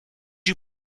you